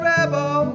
Rebel